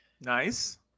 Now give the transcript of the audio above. Nice